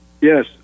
Yes